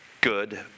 Good